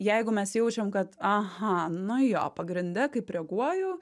jeigu mes jaučiam kad aha nu jo pagrinde kaip reaguoju